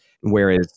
whereas